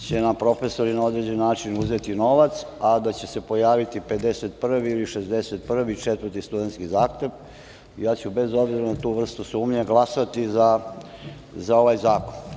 će nam profesori na određen način uzeti novac, a da će se pojaviti 51 ili 61 studentski zahtev, ja ću bez obzira na tu vrstu sumnje glasati ovaj zakon. Dame